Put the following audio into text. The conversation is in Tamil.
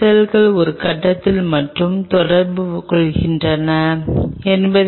செய்யலாம் நீங்கள் ஒரு காண்டாக்ட் ஆங்கில் அளவீட்டு பகுப்பாய்வை செய்யக்கூடிய AFM ஐ செய்யலாம்